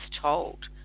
told